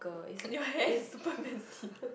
you hair is super messy